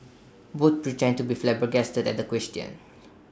both pretend to be flabbergasted at the question